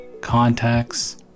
contacts